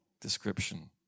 description